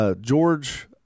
George